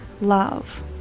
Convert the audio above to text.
love